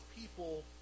people